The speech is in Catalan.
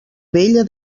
vella